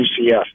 UCF